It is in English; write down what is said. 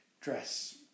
dress